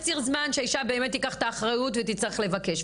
יש ציר זמן שהאישה באמת תיקח את האחריות ותצטרך לבקש,